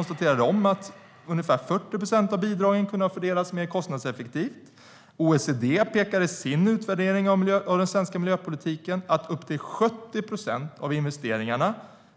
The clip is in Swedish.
utvärdering att ungefär 40 procent av bidragen kunde ha fördelats mer kostnadseffektivt. OECD pekar i sin utvärdering av den svenska miljöpolitiken på att upp till 70 procent av investeringarna